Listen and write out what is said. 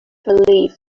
relief